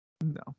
No